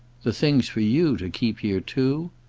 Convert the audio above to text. the thing's for you to keep here too?